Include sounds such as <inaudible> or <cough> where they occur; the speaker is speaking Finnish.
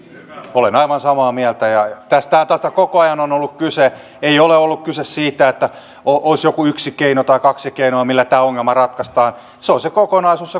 olen aivan samaa mieltä ja tästä koko ajan on ollut kyse ei ole ollut kyse siitä että olisi joku yksi keino tai kaksi keinoa millä tämä ongelma ratkaistaan se on se kokonaisuus <unintelligible>